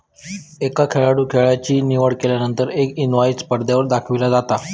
एका खेळाडूं खेळाची निवड केल्यानंतर एक इनवाईस पडद्यावर दाखविला जाता